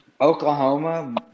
Oklahoma